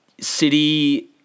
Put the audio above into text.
City